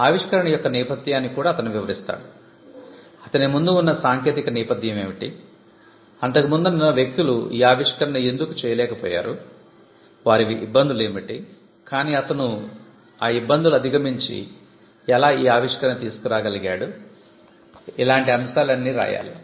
ఆవిష్కరణ యొక్క నేపథ్యాన్ని కూడా అతను వివరిస్తాడు అతని ముందు ఉన్న సాంకేతికత నేపథ్యం ఏమిటి అంతకు ముందు వున్న వ్యక్తులు ఈ ఆవిష్కరణ ఎందుకు చేయలేక పోయారు వారి ఇబ్బందులు ఏమిటి కానీ అతను ఆ ఇబ్బందులు అదిగమించి ఎలా ఈ ఆవిష్కరణ తీసుకురాగలిగాడు లాంటి అంశాలన్నీ రాయాలి